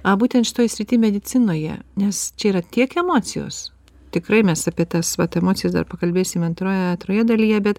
a būtent šitoje srity medicinoje nes čia yra tiek emocijos tikrai mes apie tas vat emocijas dar pakalbėsime antroje antroje dalyje bet